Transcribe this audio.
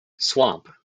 swamp